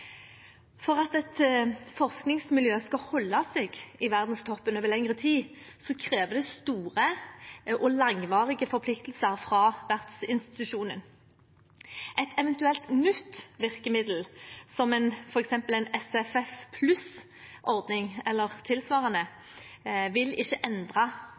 For at et forskningsmiljø skal holde seg i verdenstoppen over lengre tid, krever det store og langvarige forpliktelser fra vertsinstitusjonen. Et eventuelt nytt virkemiddel, som f.eks. en SFF+-ordning eller tilsvarende, vil ikke